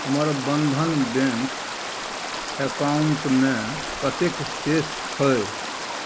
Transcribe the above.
हमर बन्धन बैँक एकाउण्टमे कतेक शेष छै